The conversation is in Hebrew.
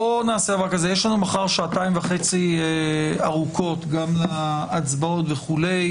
יש לנו מחר שעתיים וחצי ארוכות כולל הצבעות וכולי.